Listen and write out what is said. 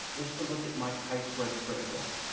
is to look at my chi-square critical.